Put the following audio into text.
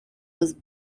was